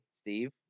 Steve